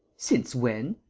since when?